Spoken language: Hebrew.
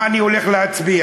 אני אעשיר את